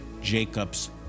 Jacob's